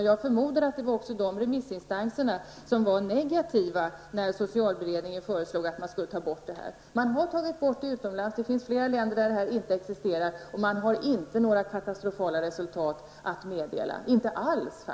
Jag förmodar att det också var de remissinstanserna som var negativa när socialberedningen föreslog att konverteringen skulle tas bort. Man har tagit bort den utomlands. Det finns flera länder där denna möjlighet inte existerar. Man har faktiskt inte några katastrofala resultat alls att meddela.